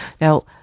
Now